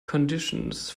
conditions